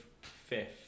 fifth